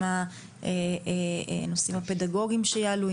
עם הנושאים הפדגוגים שיעלו,